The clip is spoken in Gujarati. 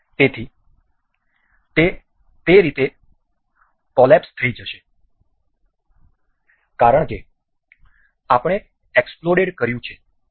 તેથી તે તે રીતે કોલેપ્સ થઈ જશે કારણકે આપણે એક્સપ્લોડેડ કર્યું છે